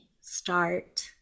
start